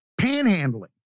panhandling